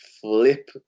flip